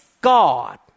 God